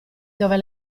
dove